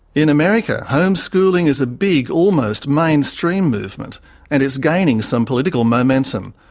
in america, homeschooling is a big, almost mainstream, movement and is gaining some political momentum.